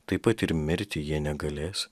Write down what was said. taip pat ir mirti jie negalės